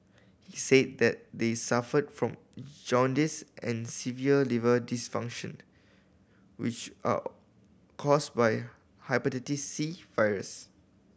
he said that they suffered from jaundice and severe liver dysfunction which are caused by Hepatitis C virus